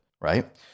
right